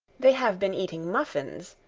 they have been eating muffins.